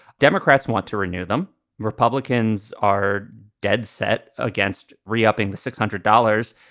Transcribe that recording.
democrats want to renew them. republicans are dead set against re upping the six hundred dollars.